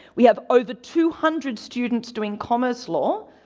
we have over two hundred students doing commerce law,